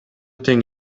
тең